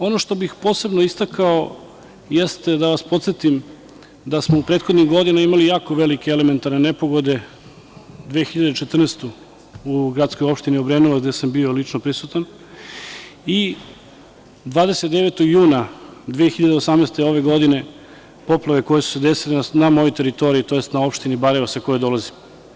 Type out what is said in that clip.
Ono što bih posebno istakao, jeste da vas podsetim da smo u prethodnim godinama imali jako velike elementarne nepogode, 2014. u gradskoj opštini Obrenovac, gde sam bio lično prisutan, i 29. juna 2018. godine, poplave koje su se desilo na mojoj teritoriji, tj. na opštini Barajevo, sa koje dolazim.